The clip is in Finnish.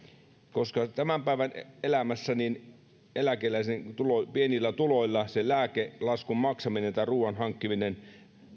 koska tämän päivän elämässä eläkeläisen pienillä tuloilla lääkelaskun maksaminen tai ruuan hankkiminen